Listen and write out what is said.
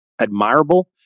admirable